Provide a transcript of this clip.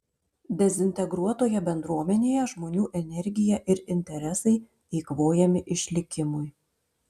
dezintegruotoje bendruomenėje žmonių energija ir interesai eikvojami išlikimui